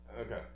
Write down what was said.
Okay